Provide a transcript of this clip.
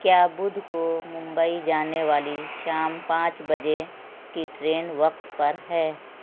کیا بدھ کو ممبئی جانے والی شام پانچ بجے کی ٹرین وقت پر ہے